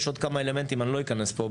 יש עוד כמה אלמנטים, אני לא אכנס פה.